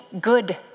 good